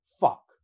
Fuck